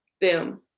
boom